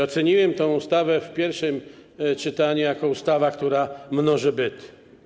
Oceniłem tę ustawę w pierwszym czytaniu jako ustawę, która mnoży byty.